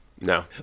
No